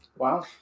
Wow